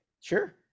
sure